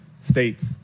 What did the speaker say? states